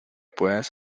puedas